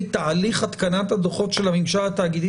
תהליך התקנת הדוחות של הממשל התאגידי?